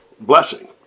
blessing